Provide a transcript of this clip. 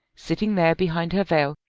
sitting there behind her veil,